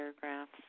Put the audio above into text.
paragraphs